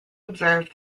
observe